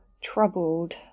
Troubled